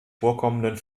vorkommenden